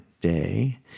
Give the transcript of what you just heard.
day